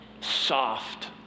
soft